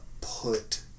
put